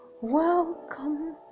welcome